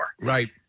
Right